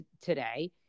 today